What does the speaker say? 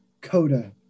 Coda